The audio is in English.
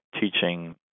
teaching